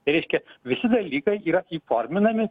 tai reiškia visi dalykai yra įforminami